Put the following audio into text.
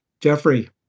Jeffrey